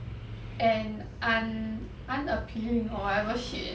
and un~ unappealing or whatever shit